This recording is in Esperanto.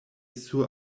sur